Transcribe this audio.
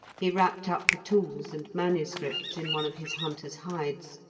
he wrapped up the tools and manuscripts in one of his hunter's hides.